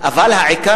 אבל העיקר,